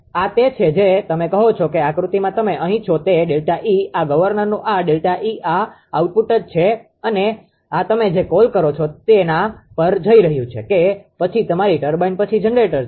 આ તે છે જે તમે કહો છો કે આકૃતિમાં તમે અહીં છો તે ΔE આ ગવર્નરનું આ ΔE આ આઉટપુટ જ છે અને આ તમે જે કોલ કરો છો તેના પર જઇ રહ્યું છે કે પછી તમારી ટર્બાઇન પછી જનરેટર છે